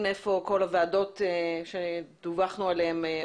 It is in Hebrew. היכן עומדות בעבודתן כל הוועדות עליהן דווח לנו.